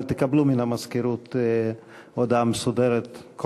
אבל תקבלו מן המזכירות הודעה מסודרת על